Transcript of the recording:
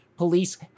police